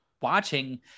watching